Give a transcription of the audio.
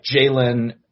Jalen